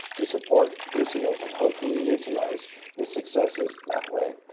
to support brusilov and hopefully utilize his successes that way.